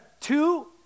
two